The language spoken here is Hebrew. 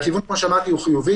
כמו שאמרתי, הכיוון הוא חיובי.